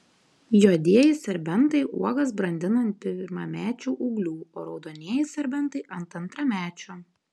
juodieji serbentai uogas brandina ant pirmamečių ūglių o raudonieji serbentai ant antramečių